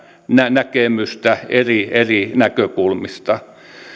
näkemystä eri eri näkökulmista